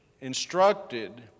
instructed